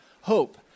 hope